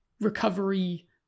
recovery